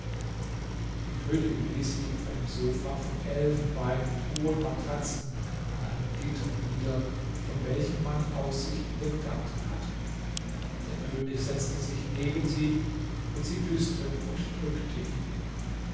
die königin ließ sich auf einem sofa von elfenbein mit hohen matratzen an einem gitter nieder von welchem man aussicht in den garten hat der könig setzte sich neben sie und sie küßte und drückte ihn